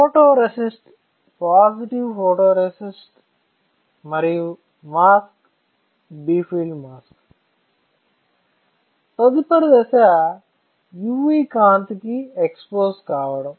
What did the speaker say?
photoresist positive photoresist మరియు mask B field mask తదుపరి దశ UV కాంతికి ఎక్సపోజ్ కావడం